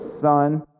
son